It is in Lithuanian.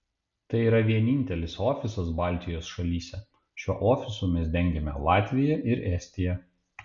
tai yra vienintelis ofisas baltijos šalyse šiuo ofisu mes dengiame latviją ir estiją